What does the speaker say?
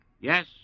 Yes